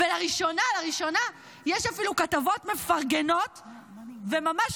ולראשונה לראשונה יש אפילו כתבות מפרגנות וממש